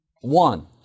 one